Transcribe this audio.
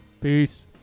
Peace